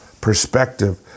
perspective